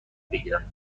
بگیرم